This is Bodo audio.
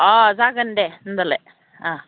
अ जागोन दे होनबालाय